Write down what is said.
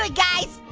ah guys.